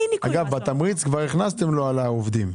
אגב, בתמריץ כבר הכנסתם לו על העובדים.